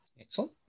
Excellent